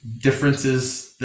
differences